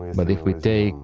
but if we take,